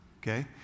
Okay